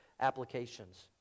Applications